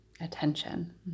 attention